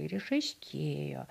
ir išaiškėjo